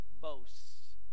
boasts